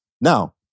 Now